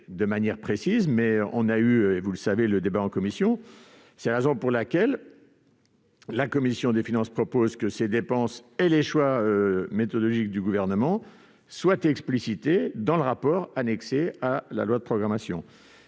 de manière précise. Nous avons eu, vous le savez, ce débat en commission. C'est la raison pour laquelle la commission des finances propose que ces dépenses et les choix méthodologiques du Gouvernement soient explicités dans le rapport annexé à la loi de programmation